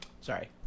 Sorry